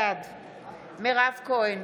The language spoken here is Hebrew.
בעד מירב כהן,